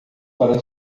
para